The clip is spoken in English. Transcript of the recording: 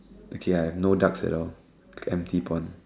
okay I have no ducks at all empty pond